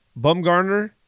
Bumgarner